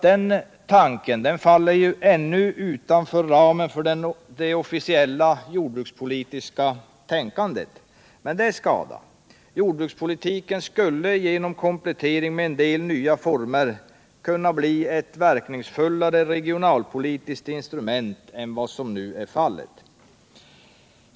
Den tanken faller utanför ramen för det officiella jordbrukspolitiska tänkandet, men det är skada. Jordbrukspolitiken skulle genom komplettering med en del nya former kunna bli ett mycket mera verkningsfullt regionalpolitiskt instrument än vad som nu är fallet.